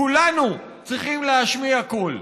כולנו צריכים להשמיע קול.